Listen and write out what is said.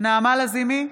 נעמה לזימי,